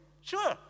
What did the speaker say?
sure